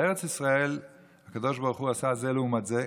בארץ ישראל הקדוש ברוך הוא עשה את זה לעומת זה,